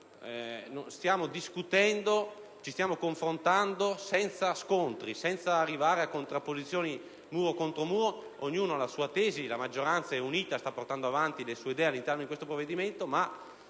toni sono cambiati. Ci stiamo confrontando senza scontri e senza arrivare a contrapposizioni muro contro muro. Ognuno ha la sua tesi, la maggioranza è unita e sta portando avanti le sue idee all'interno di questo provvedimento